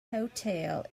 hotel